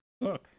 look